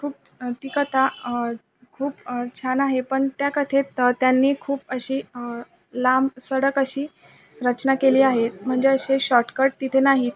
खूप ती कथा खूप छान आहे पण त्या कथेत त्यांनी खूप अशी लांबसडक अशी रचना केली आहे म्हणजे अशे शॉटकट तिथे नाहीत